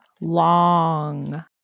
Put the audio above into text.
long